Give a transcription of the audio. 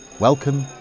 Welcome